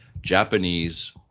Japanese